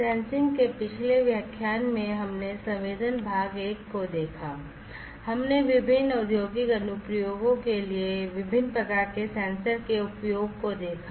sensing के पिछले व्याख्यान संवेदन भाग 1 में हमने विभिन्न औद्योगिक अनुप्रयोगों के लिए विभिन्न प्रकार के सेंसर के उपयोग को देखा